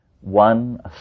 one